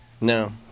No